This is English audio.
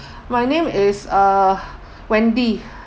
my name is uh wendy